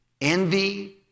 Envy